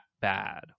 bad